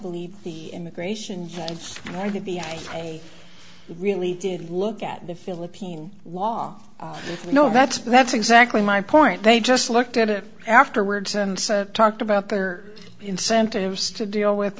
believe the immigration it's going to be i really did look at the philippine law you know that's that's exactly my point they just looked at it afterwards and talked about their incentives to deal with